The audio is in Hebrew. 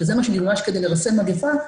שזה מה שנדרש כדי לרסן מגיפה,